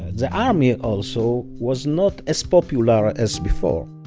the army also was not as popular ah as before